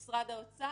הוא משרד האוצר,